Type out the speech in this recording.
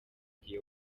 gihe